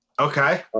Okay